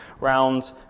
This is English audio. round